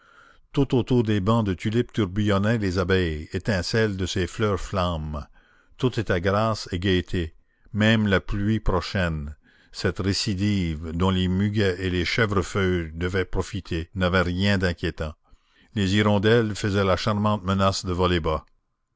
tout autour des bancs de tulipes tourbillonnaient les abeilles étincelles de ces fleurs flammes tout était grâce et gaîté même la pluie prochaine cette récidive dont les muguets et les chèvrefeuilles devaient profiter n'avait rien d'inquiétant les hirondelles faisaient la charmante menace de